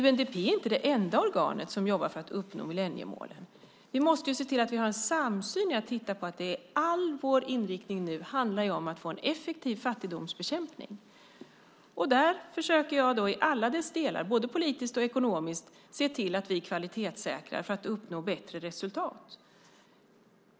UNDP är inte det enda organ som jobbar för att uppnå millenniemålen. Vi måste se till att vi har en samsyn och att all vår inriktning nu handlar om att få en effektiv fattigdomsbekämpning. I alla dessa delar försöker jag, både politiskt och ekonomiskt, se till att vi kvalitetssäkrar för att uppnå bättre resultat.